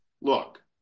look